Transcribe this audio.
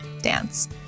Dance